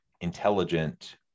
intelligent